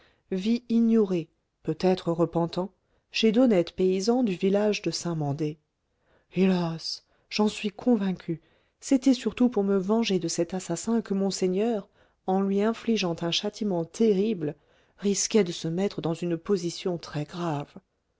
vit ignoré peut-être repentant chez d'honnêtes paysans du village de saint-mandé hélas j'en suis convaincu c'était surtout pour me venger de cet assassin que monseigneur en lui infligeant un châtiment terrible risquait de se mettre dans une position très grave